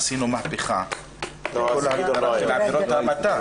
עשינו מהפכה בכל ההגדרה של עבירות המתה.